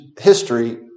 history